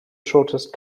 shortest